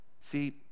See